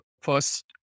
first